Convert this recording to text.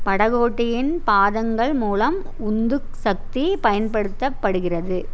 படகோட்டியின் பாதங்கள் மூலம் உந்து சக்தி பயன்படுத்தப்படுகிறது